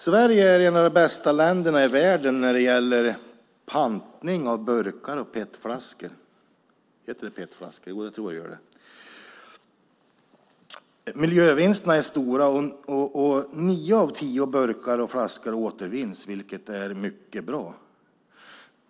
Sverige är ett av de bästa länderna i världen när det gäller pantning av burkar och petflaskor. Miljövinsterna är stora. Nio av tio burkar och flaskor återvinns, vilket är mycket bra.